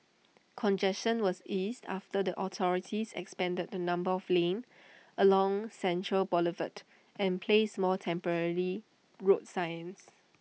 congestion was eased after the authorities expanded the number of lanes along central Boulevard and placed more temporary road signs